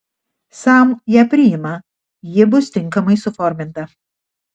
sam ją priima ji bus tinkamai suforminta